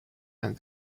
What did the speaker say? and